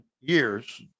years